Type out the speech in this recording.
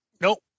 Nope